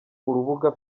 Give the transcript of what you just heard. urubuga